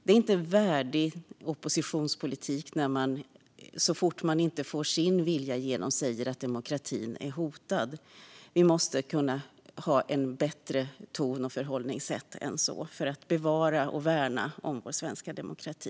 Det är inte värdig oppositionspolitik att säga att demokratin är hotad så fort man inte får sin vilja igenom. Vi måste kunna ha en bättre ton och ett bättre förhållningssätt än så för att bevara och värna vår svenska demokrati.